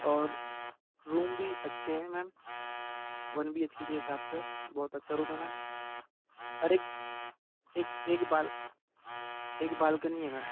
और रूम भी अच्छे हैं ma'am one B H K के हिसाब से बहुत अच्छा रूम है मैम और एक एक एक बाल एक बालकनी है मैम